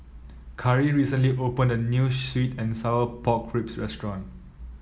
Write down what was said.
Cari recently opened a new sweet and Sour Pork Ribs restaurant